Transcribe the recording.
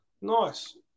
Nice